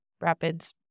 rapids